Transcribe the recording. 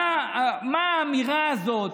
מה האמירה הזאת?